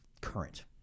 current